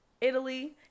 Italy